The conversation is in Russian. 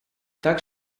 так